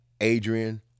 Adrian